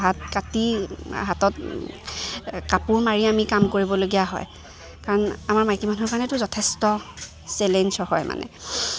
হাত কাটি হাতত কাপোৰ মাৰি আমি কাম কৰিবলগীয়া হয় কাৰণ আমাৰ মাইকী মানুহৰ কাৰণেেতো যথেষ্ট চেলেঞ্জ হয় মানে